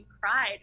cried